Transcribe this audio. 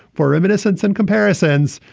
for reminiscence and comparisons,